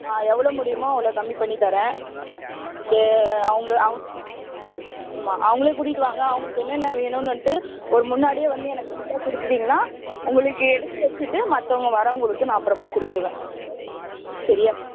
ஆ எவ்வளோ முடியுமோ அவ்வளோ கம்மி பண்ணி தரேன் உங்களுக்கு அவங்க அவங்க ஆமாம் அவங்களும் கூட்டிகிட்டு வாங்க அவங்களுக்கு என்னென்ன வேணுன்னு வந்துட்டு ஒரு முன்னாடியே வந்து எனக்கு ஃபுல்லாக கொடுத்துட்டீங்கன்னா உங்களுக்கு எடுத்து வச்சிவிட்டு மற்றவங்க வரவங்களுக்கு நான் அப்புறமா கொடுத்துடுவேன் சரியா